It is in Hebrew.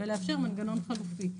ולאפשר מנגנון חלופי.